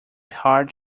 hard